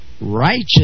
righteous